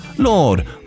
Lord